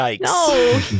no